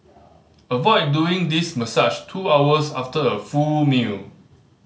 avoid doing this massage two hours after a full meal